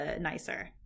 nicer